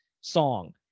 song